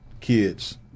kids